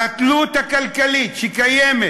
והתלות הכלכלית שקיימת